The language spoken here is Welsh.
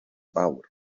fawr